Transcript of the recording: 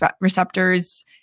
receptors